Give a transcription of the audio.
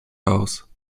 house